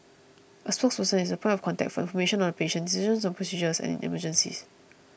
a spokesperson is the point of contact for information on the patient decisions on procedures and in emergencies